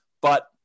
but-